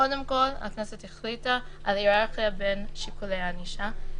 קודם כול הכנסת החליטה על היררכיה בין שיקולי הענישה,